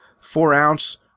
four-ounce